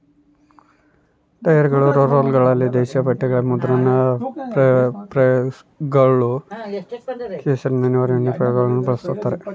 ಟೈರ್ಗಳು ರೋಲರ್ಗಳಲ್ಲಿ ದೇಶೀಯ ಬಟ್ಟೆಗ ಮುದ್ರಣ ಪ್ರೆಸ್ಗಳು ಕೆಸರಿನ ನಿರ್ವಹಣೆಯ ಪೈಪ್ಗಳಿಗೂ ಬಳಸ್ತಾರ